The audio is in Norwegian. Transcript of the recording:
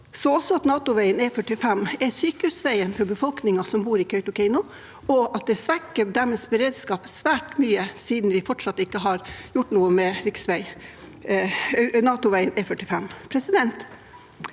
NATO-veien E45 er sykehusveien for befolkningen som bor i Kautokeino, og at det svekker deres beredskap svært mye, siden vi fortsatt ikke har gjort noe med NATO-veien